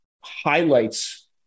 highlights